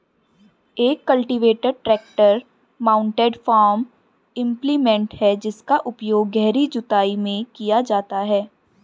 एक cultivator tractor mounted farm implement है जिसका उपयोग गहरी जुताई में किया जाता है